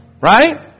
Right